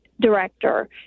director